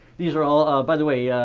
these are all by the way,